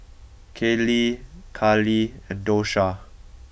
Kaley Cali and Dosha